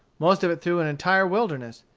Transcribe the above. most of it through an entire wilderness,